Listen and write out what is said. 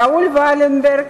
ראול ולנברג